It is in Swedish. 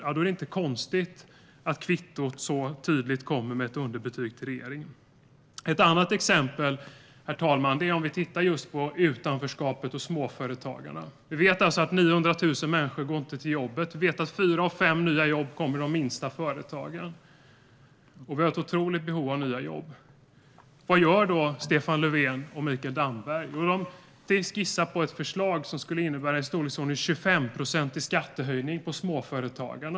Ja, då är det inte konstigt att det kommer ett så tydligt kvitto med ett underbetyg för regeringen. Ett annat exempel, herr talman, kan vi se om vi tittar på just utanförskapet och småföretagarna. Vi vet alltså att 900 000 människor inte går till jobbet. Vi vet att fyra av fem nya jobb kommer i de minsta företagen - och vi har ett otroligt behov av nya jobb. Vad gör då Stefan Löfven och Mikael Damberg? Jo, de skissar på ett förslag som skulle innebära ungefär en 25procentig skattehöjning för småföretagarna.